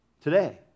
today